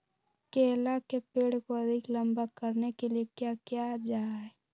केला के पेड़ को अधिक लंबा करने के लिए किया किया जाए?